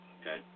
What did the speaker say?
okay